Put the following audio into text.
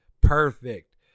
perfect